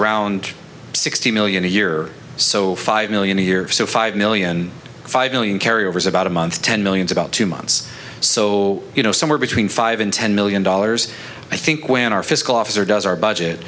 around sixty million a year so five million a year so five million five million carry overs about a month ten millions about two months so you know somewhere between five and ten million dollars i think when our fiscal officer does our budget